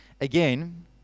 Again